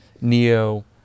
Neo